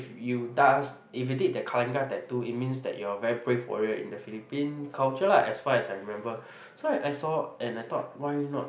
you does if you did the kalinga tattoo it means that you are very brave warrior in the Philippine culture lah as far as I remember so I saw and I thought why not